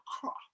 cross